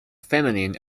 feminine